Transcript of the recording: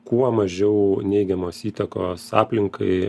kuo mažiau neigiamos įtakos aplinkai